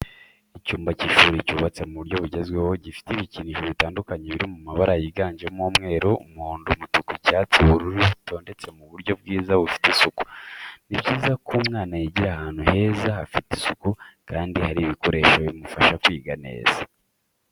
Icyumba cy'ishuri cyubatse mu buryo bugezweho, gifite ibikinisho bitandukanye biri mu mabara yiganjemo umweru, umuhondo, umutuku, icyatsi, ubururu, bitondetse mu buryo bwiza bufite isuku. Ni byiza ko umwana yigira ahantu heza hafite isuku kandi hari ibikoresho bimufasha kwiga neza.